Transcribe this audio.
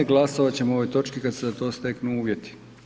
Glasovat ćemo o ovoj točki kad se za to steknu uvjeti.